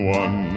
one